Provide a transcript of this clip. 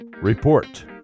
Report